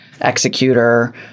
executor